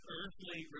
earthly